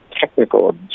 technical